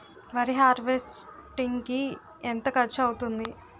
వరి హార్వెస్టింగ్ కి ఎంత ఖర్చు అవుతుంది?